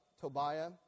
Tobiah